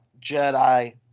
Jedi